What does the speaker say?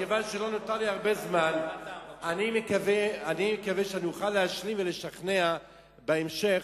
מכיוון שלא נותר לי הרבה זמן אני מקווה שאוכל להשלים ולשכנע בהמשך.